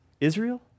Israel